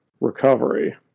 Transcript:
recovery